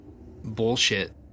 bullshit